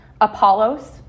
Apollos